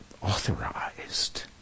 authorized